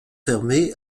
fermée